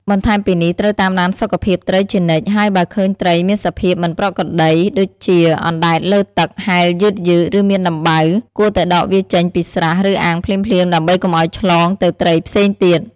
បន្ថែមពីនេះត្រូវតាមដានសុខភាពត្រីជានិច្ច ហើយបើឃើញត្រីមានសភាពមិនប្រក្រតី ដូចជាអណ្ដែតលើទឹក ហែលយឺតៗ ឬមានដំបៅ គួរតែដកវាចេញពីស្រះ ឬអាងភ្លាមៗ ដើម្បីកុំឲ្យឆ្លងទៅត្រីផ្សេងទៀត។